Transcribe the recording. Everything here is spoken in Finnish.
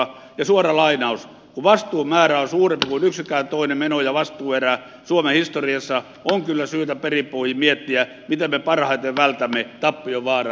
kun vastuun määrä on suurempi kuin yksikään toinen meno tai vastuuerä suomen historiassa on kyllä syytä perin pohjin miettiä miten me parhaiten vältämme tappion vaaran